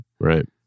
Right